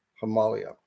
Himalaya